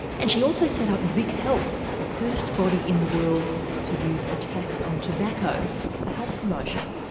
and she also set up vic health, the first body in the world to use a tax on tobacco for health promotion.